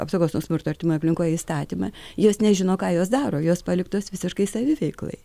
apsaugos nuo smurto artimoj aplinkoj įstatymą jos nežino ką jos daro jos paliktos visiškai saviveiklai